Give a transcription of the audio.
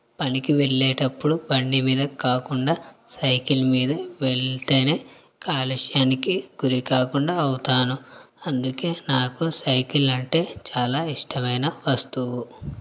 పనికి వెళ్ళేటప్పుడు బండి మీద కాకుండా సైకిల్ మీద వెళ్తేనే కలుష్యానికి గురి కాకుండా అవుతాను అందుకే నాకు సైకిళ్ళంటే చాలా ఇష్టమైన వస్తువు